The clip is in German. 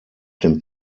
dem